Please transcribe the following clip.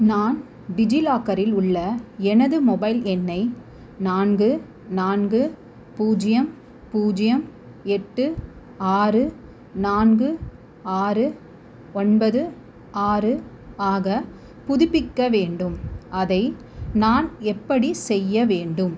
நான் டிஜிலாக்கரில் உள்ள எனது மொபைல் எண்ணை நான்கு நான்கு பூஜ்ஜியம் பூஜ்ஜியம் எட்டு ஆறு நான்கு ஆறு ஒன்பது ஆறு ஆக புதுப்பிக்க வேண்டும் அதை நான் எப்படிச் செய்ய வேண்டும்